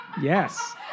Yes